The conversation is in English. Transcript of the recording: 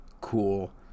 cool